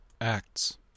Acts